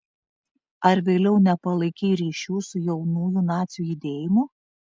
ar vėliau nepalaikei ryšių su jaunųjų nacių judėjimu